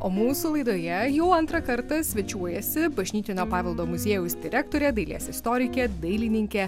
o mūsų laidoje jau antrą kartą svečiuojasi bažnytinio paveldo muziejaus direktorė dailės istorikė dailininkė